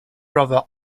brother